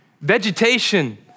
vegetation